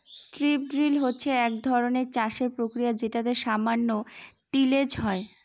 strip drill হচ্ছে এক ধরনের চাষের প্রক্রিয়া যেটাতে সামান্য টিলেজ হয়